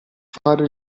fare